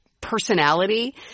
personality